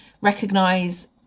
recognize